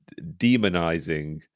demonizing